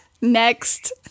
Next